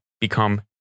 become